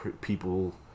people